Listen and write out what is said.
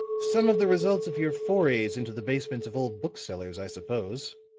some of the results of your forays into the basements of old booksellers, i suppose,